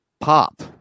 pop